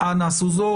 האזרח.